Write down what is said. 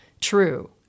true